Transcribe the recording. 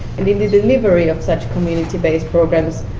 and in the delivery of such community-based programs,